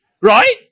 Right